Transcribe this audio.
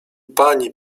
pani